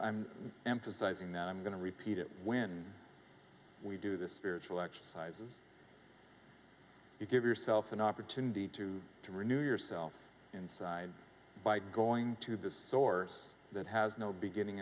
that i'm going to repeat it when we do the spiritual exercises you give yourself an opportunity to to renew yourself inside by going to the source that has no beginning